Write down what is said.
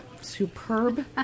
superb